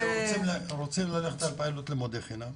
אם רוצים ללכת על פיילוט לימודי חינם,